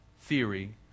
theory